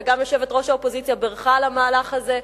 וגם יושבת-ראש האופוזיציה בירכה על המהלך הזה.